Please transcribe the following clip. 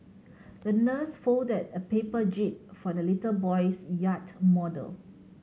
the nurse folded a paper jib for the little boy's yacht model